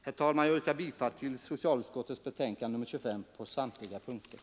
Herr talman! Jag yrkar bifall till vad socialutskottet hemställt på alla punkter i betänkandet 25.